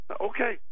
okay